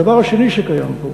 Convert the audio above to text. הדבר השני שקיים פה,